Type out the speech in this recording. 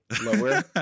lower